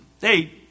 Hey